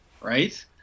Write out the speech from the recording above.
right